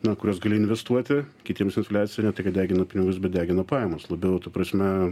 na kuriuos gali investuoti kitiems infliacija ne tai kad degina pinigus bet degina pajamas labiau ta prasme